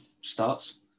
starts